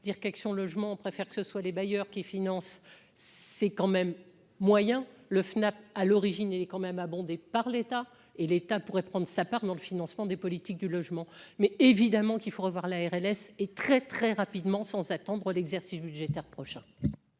dire qu'Action Logement préfère que ce soit les bailleurs qui finance, c'est quand même moyen le à l'origine, elle est quand même abondé par l'État et l'État pourrait prendre sa part dans le financement des politiques du logement mais évidemment qu'il faut revoir la RLS et très, très rapidement, sans attendre l'exercice budgétaire prochain.